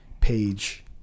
page